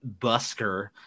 busker